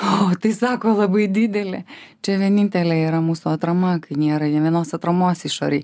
o tai sako labai didelė čia vienintelė yra mūsų atrama kai nėra nė vienos atramos išorėj